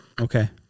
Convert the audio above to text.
Okay